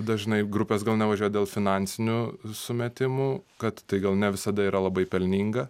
dažnai grupės gal nevažiuoja dėl finansinių sumetimų kad tai gal ne visada yra labai pelninga